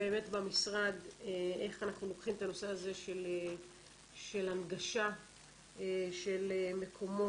באמת במשרד איך אנחנו לוקחים את הנושא הזה של הנגשה של מקומות,